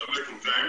שלום לכולכם,